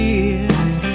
Years